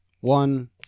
One